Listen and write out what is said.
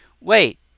wait